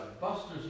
Buster's